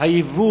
היבוא